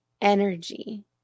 energy